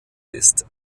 ist